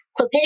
clopidogrel